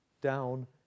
down